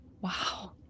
Wow